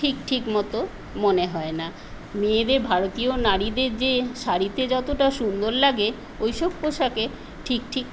ঠিক ঠিক মতো মনে হয় না মেয়েদের ভারতীয় নারীদের যে শাড়িতে যতটা সুন্দর লাগে ওইসব পোশাকে ঠিক ঠিক